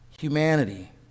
humanity